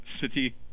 city